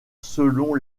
selon